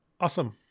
Awesome